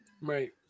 Right